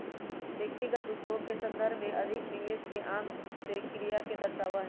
व्यक्तिगत उपभोग के संदर्भ में अधिक निवेश एक आम से क्रिया के दर्शावा हई